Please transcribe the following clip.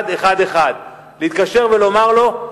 הוא 2024561111, להתקשר ולומר לו,